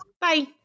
Bye